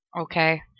Okay